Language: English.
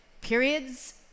periods